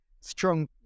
strong